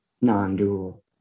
non-dual